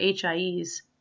HIEs